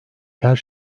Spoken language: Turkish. her